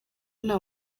nta